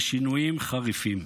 ושינויים חריפים.